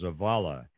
Zavala